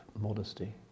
modesty